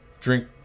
Drink